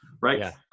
right